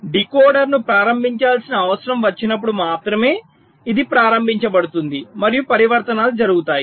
నేను డీకోడర్ను ప్రారంభించాల్సిన అవసరం వచ్చినప్పుడు మాత్రమే ఇది ప్రారంభించబడుతుంది మరియు పరివర్తనాలు జరుగుతాయి